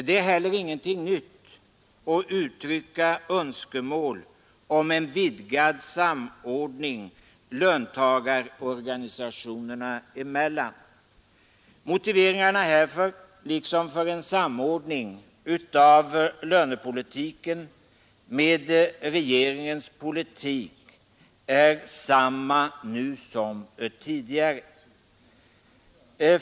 Det är heller ingenting nytt att uttrycka önskemål om en vidgad samordning löntagarorganisationerna emellan. Motiveringarna härför liksom för en samordning av lönepolitiken med regeringens politik är desamma nu som tidigare.